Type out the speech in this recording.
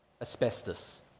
asbestos